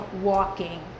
walking